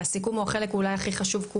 והסיכום זה אולי החלק הכי חשוב,